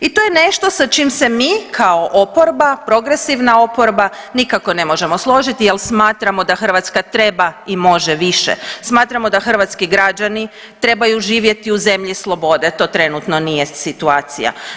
I to je nešto sa čim se mi kao oporba, progresivna oporba nikako ne možemo složiti jel smatramo da Hrvatska trebai može više, smatramo da hrvatski građani trebaju živjeti u zemlji slobode, to trenutno nije situacija.